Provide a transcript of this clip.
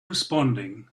responding